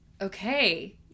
Okay